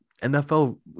NFL